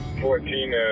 Fourteen